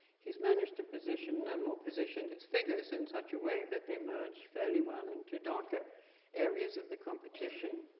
he's managed to position them, or position his figures, in such a way that they emerge fairly well into darker areas of the competition.